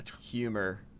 Humor